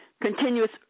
continuous